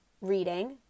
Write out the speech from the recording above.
reading